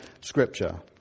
scripture